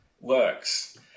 works